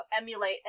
emulate